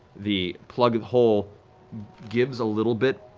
the plugged hole gives a little bit,